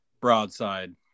broadside